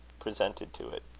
presented to it.